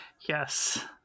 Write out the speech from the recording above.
Yes